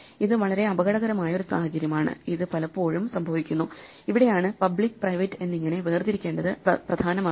ഇത് വളരെ അപകടകരമായ ഒരു സാഹചര്യമാണ് ഇത് പലപ്പോഴും സംഭവിക്കുന്നു ഇവിടെയാണ് പബ്ലിക് പ്രൈവറ്റ് എന്നിങ്ങനെ വേർതിരിക്കേണ്ടത് പ്രധാനമാകുന്നത്